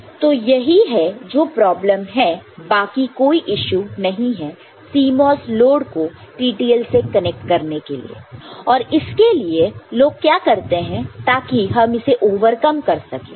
तो यही है जो प्रॉब्लम है बाकी कोई इशू नहीं है CMOS लोड को TTL से कनेक्ट करने में और इसके लिए लोग क्या करते हैं ताकि हम इसे ओवरकम कर सकें